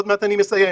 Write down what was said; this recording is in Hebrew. כשעוד מעט אני מסיים: